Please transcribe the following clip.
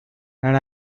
and